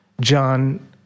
John